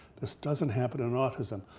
this doesn't happen in autism,